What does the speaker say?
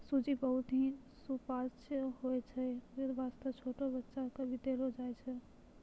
सूजी बहुत हीं सुपाच्य होय छै यै वास्तॅ छोटो बच्चा क भी देलो जाय छै